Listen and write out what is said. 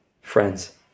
friends